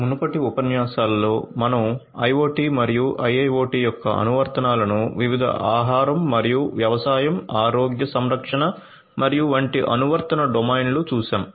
మునుపటి ఉపన్యాసాలలో మనం IoT మరియు IIoT యొక్క అనువర్తనాలను వివిధ ఆహారం మరియు వ్యవసాయం ఆరోగ్య సంరక్షణ మరియు వంటిఅనువర్తన డొమైన్లు చూశాము